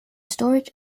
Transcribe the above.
storage